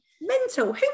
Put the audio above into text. Mental